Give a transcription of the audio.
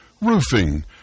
roofing